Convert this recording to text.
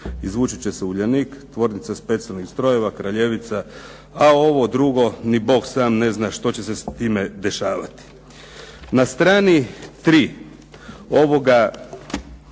Izvući će se Uljanik, Tvornica specijalnih strojeva Kraljevica, a ovo drugo ni Bog sam ne zna što će se s time dešavati. Na strani 3. ovog